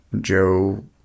Joe